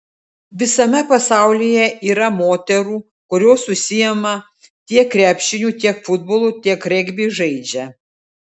visame pasaulyje yra moterų kurios užsiima tiek krepšiniu tiek futbolu tiek regbį žaidžia